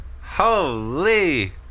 Holy